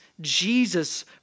Jesus